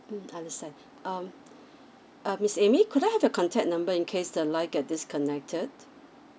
mm understand um uh miss amy could I have your contact number in case the line get disconnected